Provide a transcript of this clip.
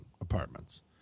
apartments